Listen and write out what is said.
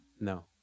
No